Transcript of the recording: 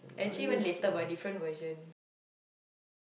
actually want later but different version like older